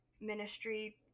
ministry